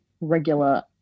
regular